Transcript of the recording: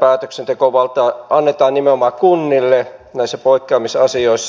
päätöksentekovalta annetaan nimenomaan kunnille näissä poikkeamisasioissa